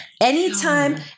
Anytime